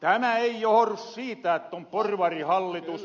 tämä ei johru siitä että on porvarihallitus